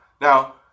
Now